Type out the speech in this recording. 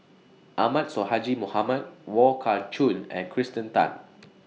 Ahmad Sonhadji Mohamad Wong Kah Chun and Kirsten Tan